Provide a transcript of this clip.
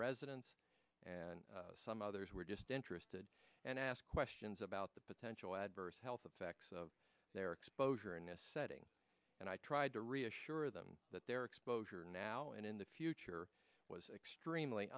residents and some others were just interested and asked questions about the potential adverse health effects of their exposure in this setting and i tried to reassure them that their exposure now and in the future was extremely